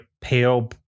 pale